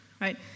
right